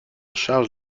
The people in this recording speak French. charge